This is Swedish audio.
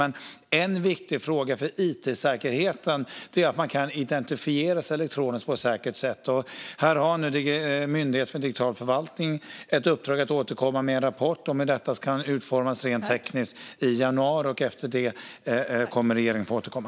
Men en viktig fråga för it-säkerheten är att man kan identifiera sig elektroniskt på ett säkert sätt. Myndigheten för digital förvaltning har nu ett uppdrag att i januari återkomma med en rapport om hur detta kan utformas rent tekniskt. Därefter kommer regeringen att återkomma.